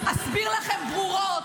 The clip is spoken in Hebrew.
עצרתי לך את הזמן.